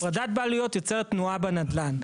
הפרדה בעלויות יוצרת תנועה בנדל"ן.